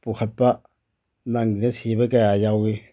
ꯄꯨꯈꯠꯄ ꯅꯪꯗꯗꯅ ꯁꯤꯕ ꯀꯌꯥ ꯌꯥꯎꯏ